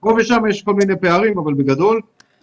פה ושם יש כל מיני פערים אבל בגדול יש